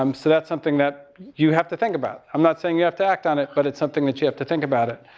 um so that's something that you have to think about. i'm not saying you have to act on it, but it's something that you have to think about.